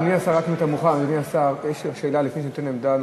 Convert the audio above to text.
אדוני השר, יש עוד שאלה, לפני שנשמע עמדה נוספת,